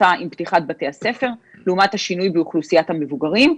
עם פתיחת בתי הספר לעומת השינוי באוכלוסיית המבוגרים,